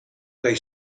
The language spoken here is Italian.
dai